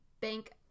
bank